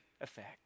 effect